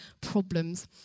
problems